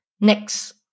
Next